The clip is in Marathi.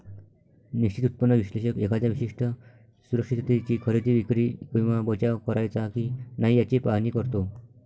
निश्चित उत्पन्न विश्लेषक एखाद्या विशिष्ट सुरक्षिततेची खरेदी, विक्री किंवा बचाव करायचा की नाही याचे पाहणी करतो